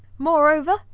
moreover,